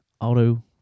Auto